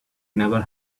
never